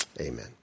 amen